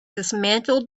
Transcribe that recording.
dismantled